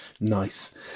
Nice